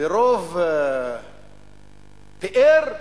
ברוב פאר,